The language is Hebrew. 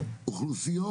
אוכלוסיות.